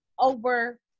over